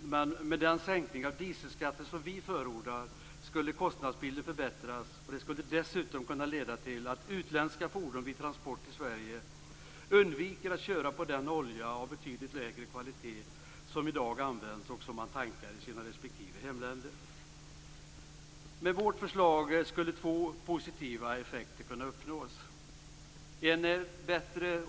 Men med den sänkning av dieselskatten som vi förordar skulle kostnadsbilden förbättras, och det skulle dessutom leda till att utländska fordon vid transport i Sverige undviker att köra på den olja av betydligt lägre kvalitet som man i dag tankar med i respektive hemländer. Med vårt förslag skulle två positiva effekter kunna uppnås, nämligen bättre